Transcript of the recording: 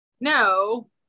No